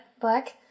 Black